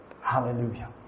Hallelujah